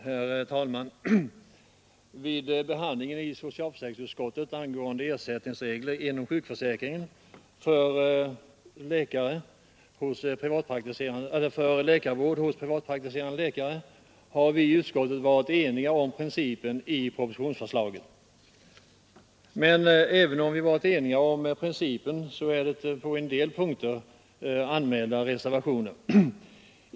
Herr talman! Vid behandlingen i socialförsäkringsutskottet av ärendet angående ersättningsregler inom sjukförsäkringen för läkarvård hos privatpraktiserande läkare har vi i utskottet varit eniga om principen i propositionsförslaget. Men även om vi varit eniga om principen har det på en del punkter anmälts reservationer.